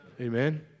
Amen